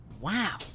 Wow